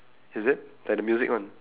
is it like the music one